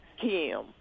Kim